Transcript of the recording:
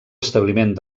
establiment